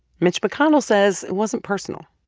mitch mcconnell says it wasn't personal.